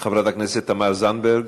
חברת הכנסת תמר זנדברג,